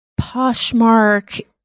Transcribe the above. Poshmark